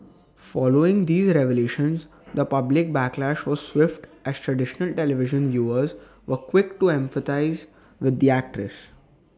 following these revelations the public backlash was swift as traditional television viewers were quick to empathise with the actress